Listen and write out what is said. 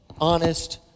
honest